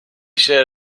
się